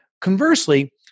Conversely